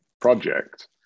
project